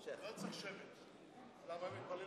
לא צריך שמית, רגע,